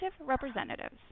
representatives